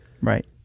Right